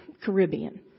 Caribbean